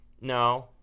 No